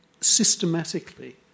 systematically